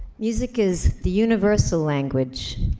music is the universe language,